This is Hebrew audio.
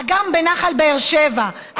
אגם בנחל באר שבע,